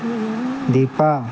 Deepa